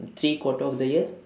three quarter of the year